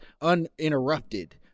uninterrupted